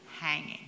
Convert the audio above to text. hanging